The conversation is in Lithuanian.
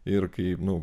ir kai nu